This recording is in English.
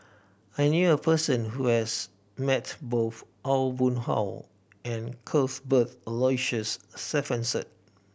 I knew a person who has met both Aw Boon Haw and Cuthbert Aloysius Shepherdson